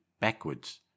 Backwards